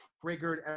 triggered